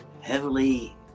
heavily